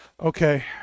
Okay